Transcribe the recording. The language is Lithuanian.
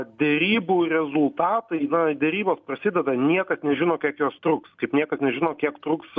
derybų rezultatai na derybos prasideda niekas nežino kiek jos truks kaip niekas nežino kiek truks